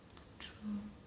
true